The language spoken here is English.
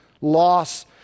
loss